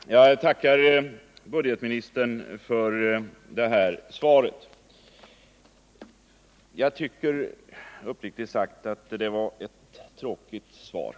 Herr talman! Jag tackar budgetministern för svaret. Jag tycker uppriktigt sagt att det var ett tråkigt svar.